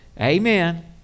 Amen